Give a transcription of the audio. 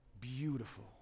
Beautiful